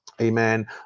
Amen